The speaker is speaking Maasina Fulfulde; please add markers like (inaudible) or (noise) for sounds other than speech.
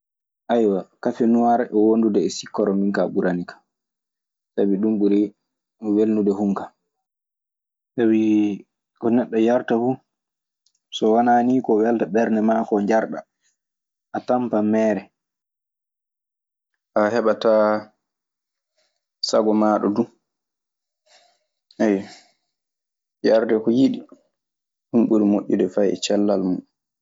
(hesitation) kafe nuwaar e wondude e sikkoro min kaa ɓuranikan, sabi ɗun ɓuri welnude hunu ko an. Sabi ko neɗɗo yarta fuu, so wanaa nii ko welta ɓernde maa koo njarɗaa, a tampan meere. A heɓataa sago maaɗa du. Eyyo. Yarde ko yiɗi, ɗun ɓuri moƴƴude fay e cellal non.